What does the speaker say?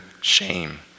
shame